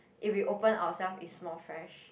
if we open ourselves is more fresh